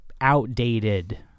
outdated